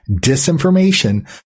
disinformation